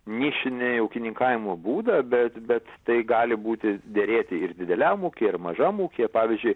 nišinį ūkininkavimo būdą bet bet tai gali būti derėti ir dideliam ūkyje ir mažam ūkyje pavyzdžiui